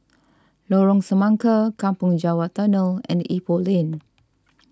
Lorong Semangka Kampong Java Tunnel and Ipoh Lane